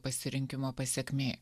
pasirinkimo pasekmė